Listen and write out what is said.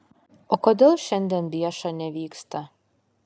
o kodėl šiandien bieša nevyksta